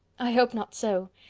i hope not so.